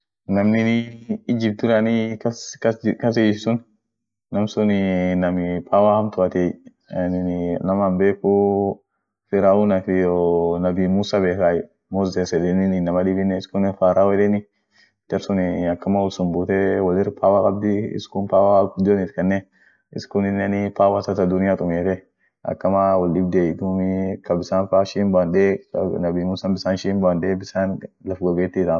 Indianii inama gudio kabdi dumii. ada ishianii ada biri kabdi taa waariat taa sirbati amine kaa ada won gan faa akana woi midasenu lila sirbenu dum tadibin amine dini ishianin wolkas jirti kiriston inum jirti isiami inum jirti kaa dini dibi kabdine inum jirt kaa lawon tambu ak waak ishia